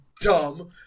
dumb